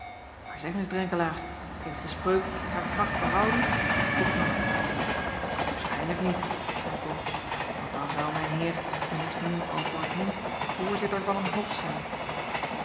aar zeg eens renkelaer heeft de spreuk haar kracht behouden vroeg aurits acob van ennep laasje evenster delen aarschijnlijk niet zeî ol want dan zou mijn eer immers nu al voor t minst voorzitter van een of zijn